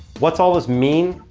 what's all this mean?